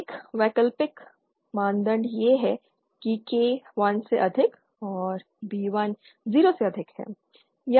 एक वैकल्पिक मानदंड यह है कि K 1 से अधिक और B1 0 से अधिक है